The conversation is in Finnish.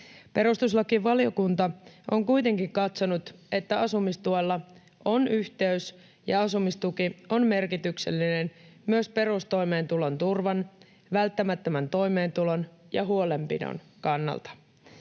Perustuslakivaliokunta on kuitenkin katsonut, että asumistuella on yhteys ja asumistuki on merkityksellinen myös perustoimeentulon turvan, välttämättömän toimeentulon ja huolenpidon kannalta.